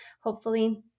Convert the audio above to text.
hopefully-